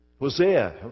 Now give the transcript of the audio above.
Hosea